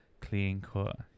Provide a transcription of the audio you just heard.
clean-cut